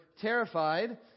terrified